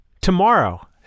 tomorrow